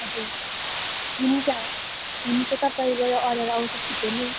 हजुर हुन्छ हुन्छ तपाईँको यो अर्डर आउँछ छिट्टै नै